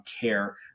care